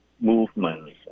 movements